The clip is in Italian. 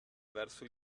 verso